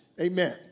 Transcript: Amen